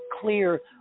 clear